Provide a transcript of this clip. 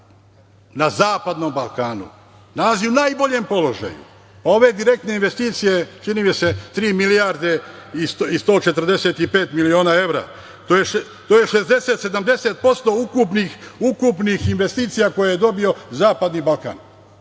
na Zapadnom Balkanu nalazi u najboljem položaju. Ove direktne investicije, čini mi se, tri milijarde i 145 miliona evra, to je 60-70% ukupnih investicija koje je dobio Zapadni Balkan,